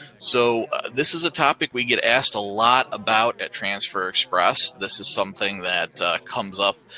so this is a topic we get asked a lot about at transfer express. this is something that comes up,